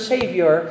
Savior